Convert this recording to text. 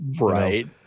right